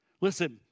Listen